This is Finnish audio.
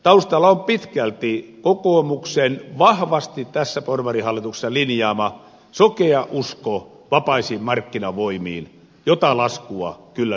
taustalla on pitkälti kokoomuksen vahvasti tässä porvarihallituksessa linjaama sokea usko vapaisiin markkinavoimiin jonka laskua kyllä nyt maksetaan